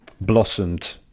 blossomed